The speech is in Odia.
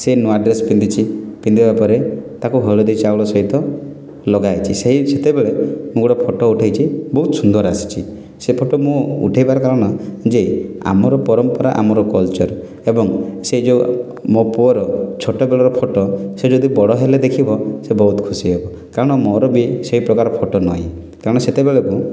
ସିଏ ନୂଆ ଡ୍ରେସ୍ ପିନ୍ଧିଛି ପିନ୍ଧିବା ପରେ ତାକୁ ହଳଦି ଚାଉଳ ସହିତ ଲଗା ହୋଇଛି ସେଇ ସେତେବେଳେ ମୁଁ ଗୋଟେ ଫଟୋ ଉଠେଇଛି ବହୁତ ସୁନ୍ଦର ଆସିଛି ସେ ଫଟୋ ମୁଁ ଉଠେଇବାର କାରଣ ଯେ ଆମର ପରମ୍ପରା ଆମର କଲଚର୍ ଏବଂ ସେଇ ଯେଉଁ ମୋ ପୁଅର ଛୋଟ ବେଳର ଫଟୋ ସେ ଯଦି ବଡ଼ ହେଲେ ଦେଖିବ ସେ ବହୁତ ଖୁସି ହେବ କାରଣ ମୋର ବି ସେଇ ପ୍ରକାର ଫଟୋ ନାହିଁ କାରଣ ସେତେବେଳକୁ